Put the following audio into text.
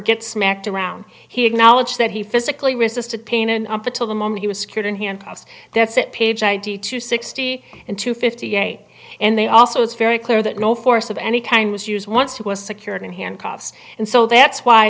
get smacked around he acknowledged that he physically resisted pain and up until the moment he was secured in handcuffs that's it page id two sixty in two fifty eight and they also it's very clear that no force of any kind was use once he was secured in handcuffs and so that's why